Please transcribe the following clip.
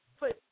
put